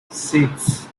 six